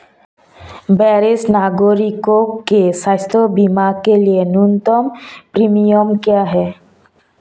वरिष्ठ नागरिकों के स्वास्थ्य बीमा के लिए न्यूनतम प्रीमियम क्या है?